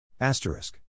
Asterisk